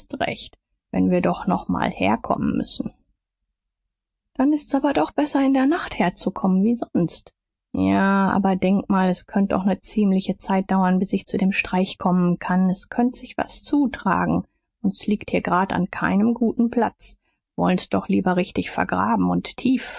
recht wenn wir doch noch mal herkommen müssen dann ist's aber doch besser in der nacht herzukommen wie sonst ja aber denk mal s könnt doch ne ziemliche zeit dauern bis ich zu dem streich kommen kann s könnt sich was zutragen und s liegt hier grad an keinem guten platz wollen's doch lieber richtig vergraben und tief